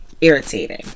Irritating